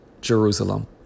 Jerusalem